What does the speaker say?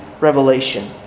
revelation